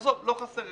עזוב, לא חסר.